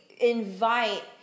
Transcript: invite